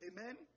Amen